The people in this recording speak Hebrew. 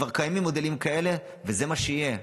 כבר קיימים מודלים כאלה, וזה מה שיהיה.